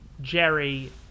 Jerry